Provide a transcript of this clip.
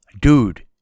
dude